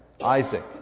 Isaac